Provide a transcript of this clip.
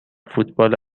فوتبال